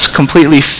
completely